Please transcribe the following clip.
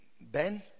Ben